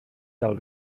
del